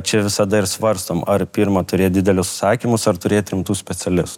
čia visada ir svarstom ar pirma turėt didelius užsakymus ar turėt rimtų specialistų